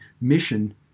mission